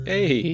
Hey